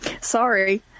Sorry